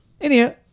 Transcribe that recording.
Anyhow